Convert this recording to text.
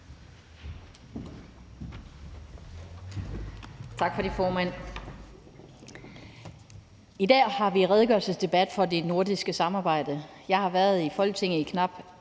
Tak for det, formand. I dag har vi redegørelsesdebat om det nordiske samarbejde. Jeg har været i Folketinget i knap